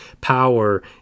power